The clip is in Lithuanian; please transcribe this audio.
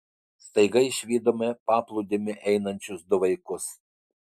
staiga išvydome paplūdimiu einančius du vaikus